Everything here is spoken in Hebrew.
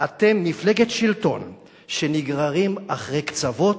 אתם מפלגת שלטון שנגררים אחרי קצוות,